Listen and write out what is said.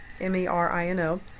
M-E-R-I-N-O